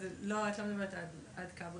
אז את לא מדברת על עד כברי.